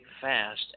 fast